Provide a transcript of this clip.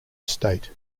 state